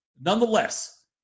nonetheless